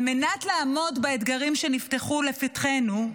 על מנת לעמוד באתגרים שנפתחו לפתחינו,